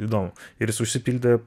įdomu ir jis užsipildė